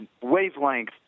wavelength